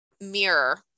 mirror